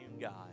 God